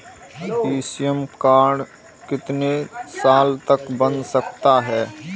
ई श्रम कार्ड कितने साल तक बन सकता है?